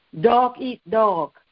dog-eat-dog